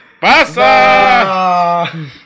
¡PASA